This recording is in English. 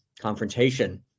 confrontation